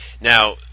Now